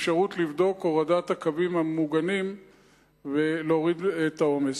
אפשרות לבדוק הורדת הקווים הממוגנים ולהוריד את העומס.